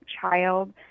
child